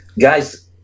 Guys